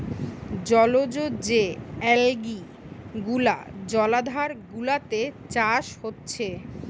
জলজ যে অ্যালগি গুলা জলাধার গুলাতে চাষ হচ্ছে